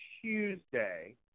Tuesday